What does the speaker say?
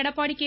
Edappadi K